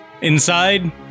Inside